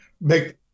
make